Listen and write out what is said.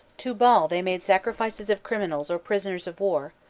to baal they made sacrifices of criminals or prisoners of war,